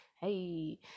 Hey